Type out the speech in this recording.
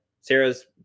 sarah's